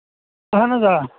اَہَن حظ آ